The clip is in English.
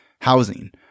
Housing